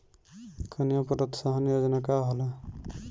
कन्या प्रोत्साहन योजना का होला?